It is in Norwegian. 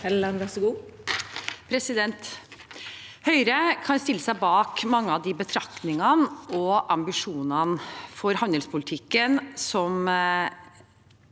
Høyre kan stille seg bak mange av de betraktningene og ambisjonene for handelspolitikken som